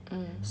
mm